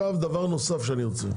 בנוסף,